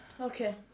Okay